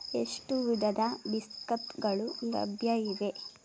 ಎಷ್ಟು ವಿಧದ ಬಿಸ್ಕತ್ಗಳು ಲಭ್ಯ ಇವೆ